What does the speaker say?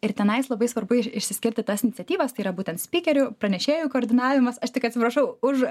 ir tenais labai svarbu i išsiskirti tas iniciatyvas tai yra būtent spykerių pranešėjų koordinavimas aš tik atsiprašau už